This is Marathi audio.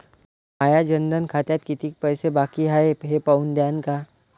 माया जनधन खात्यात कितीक पैसे बाकी हाय हे पाहून द्यान का?